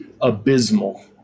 abysmal